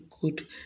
good